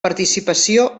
participació